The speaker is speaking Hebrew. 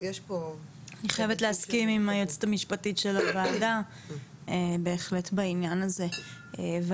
אני חייבת להסכים עם היועצת המשפטית של הוועדה בעניין הזה בהחלט,